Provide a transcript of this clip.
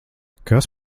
kas